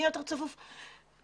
שיהיה יותר צפוף וכולי,